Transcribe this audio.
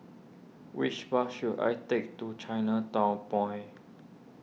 which bus should I take to Chinatown Point